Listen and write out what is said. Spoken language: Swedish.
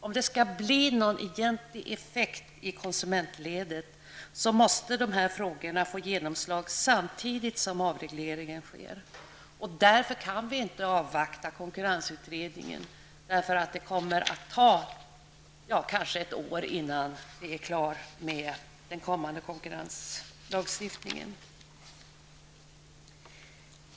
Om det skall bli någon egentlig effekt i konsumentledet måste dessa frågor få genomslag samtidigt som avregleringen sker. Därför kan vi inte avvakta konkurrensutredningen. Det kommer att ta kanske ett år innan den är klar med den kommande konkurrenslagstiftningen.